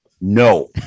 No